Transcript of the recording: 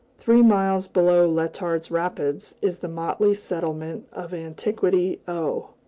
three miles below letart's rapids, is the motley settlement of antiquity, o,